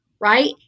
right